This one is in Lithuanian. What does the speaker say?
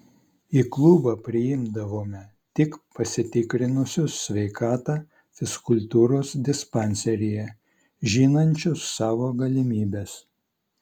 į klubą priimdavome tik pasitikrinusius sveikatą fizkultūros dispanseryje žinančius savo galimybes